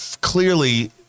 clearly